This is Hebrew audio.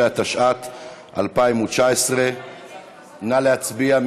12), התשע"ט 2019. נא להצביע.